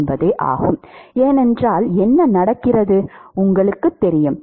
மாணவர் ஏனென்றால் என்ன நடக்கிறது என்பது உங்களுக்குத் தெரியும்